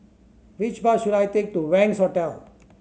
which bus should I take to Wangz Hotel